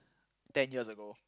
ten years ago